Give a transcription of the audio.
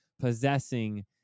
possessing